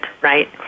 right